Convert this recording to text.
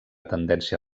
tendència